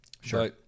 Sure